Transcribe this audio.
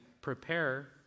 prepare